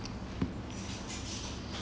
like I want go to paris right